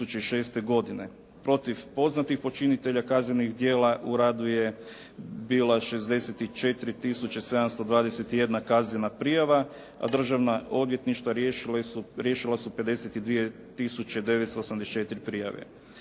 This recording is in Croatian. Protiv poznatih počinitelja kaznenih djela u radu je bila 64 tisuća 721 kaznena prijava, a državna odvjetništva riješila su 52 tisuće 984 prijave.